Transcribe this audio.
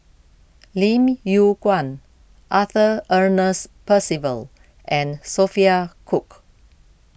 Lim Yew Kuan Arthur Ernest Percival and Sophia Cooke